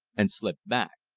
and slipped back.